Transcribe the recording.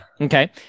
Okay